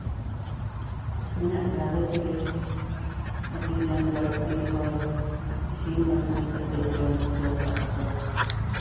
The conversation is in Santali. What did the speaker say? ᱤᱧᱟᱹᱜ ᱜᱷᱟᱨᱚᱸᱡᱽ ᱨᱮ ᱟᱹᱰᱤᱜᱟᱱ ᱵᱟᱹᱲᱛᱤ ᱦᱚᱲ ᱤᱥᱤᱱ ᱵᱟᱥᱟᱝ ᱠᱟᱛᱮ ᱤᱧ ᱡᱚᱢ ᱦᱚᱪᱚ ᱠᱟᱜ ᱠᱚᱣᱟ